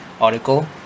article